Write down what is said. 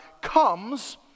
comes